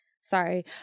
Sorry